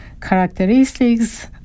characteristics